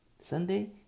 Sunday